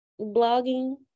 blogging